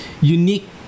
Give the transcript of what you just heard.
unique